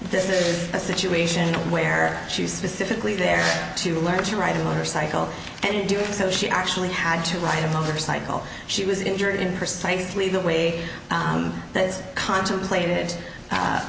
this is a situation where she specifically there to learn to ride a motorcycle and in doing so she actually had to ride a motorcycle she was injured in precisely the way that is contemplated